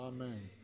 Amen